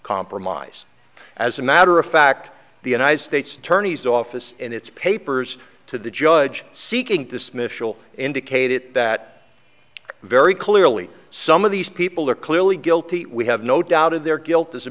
compromised as a matter of fact the united states attorney's office and its papers to the judge seeking dismissal indicated that very clearly some of these people are clearly guilty we have no doubt of their guilt as a